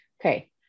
Okay